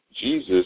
Jesus